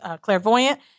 clairvoyant